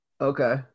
Okay